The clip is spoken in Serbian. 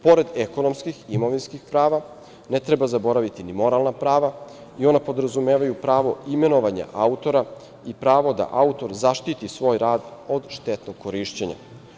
Pored ekonomskih i imovinskih prava, ne treba zaboraviti ni moralna prava i ona podrazumevaju pravo imenovanja autora i pravo da autor zaštiti svoj rad od štetnog korišćenja.